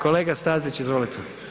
Kolega Stazić, izvolite.